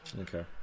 Okay